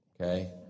okay